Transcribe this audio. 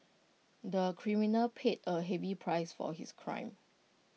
the criminal paid A heavy price for his crime